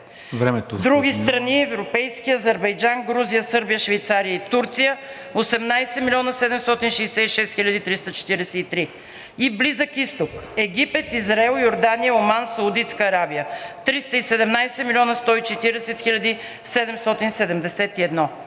Други страни – европейския Азербайджан, Грузия, Сърбия, Швейцария и Турция – 18 млн. 766 хил. 343 лв. Близък изток – Египет, Израел, Йордания, Оман, Саудитска Арабия – 317 млн. 140 хил. 771